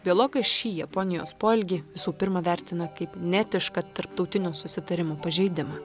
biologai šį japonijos poelgį visų pirma vertina kaip neetišką tarptautinių susitarimų pažeidimą